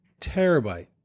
terabyte